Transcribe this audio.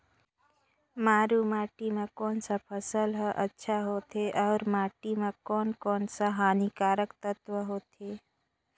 मारू माटी मां कोन सा फसल ह अच्छा होथे अउर माटी म कोन कोन स हानिकारक तत्व होथे?